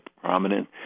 prominent